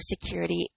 security